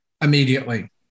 immediately